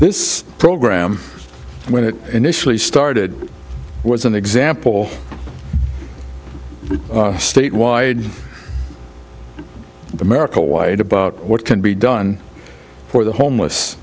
this program when it initially started was an example statewide america wide about what can be done for the homeless